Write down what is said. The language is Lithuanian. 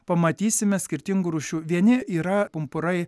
pamatysime skirtingų rūšių vieni yra pumpurai